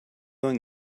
doing